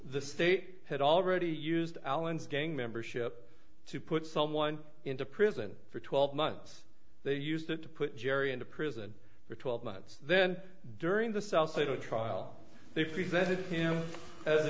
the state had already used alan's gang membership to put someone into prison for twelve months they used it to put jerry into prison for twelve months then during the cell site a trial they presented him as a